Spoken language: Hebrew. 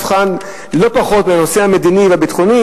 לא פחות מאשר בנושא המדיני והביטחוני,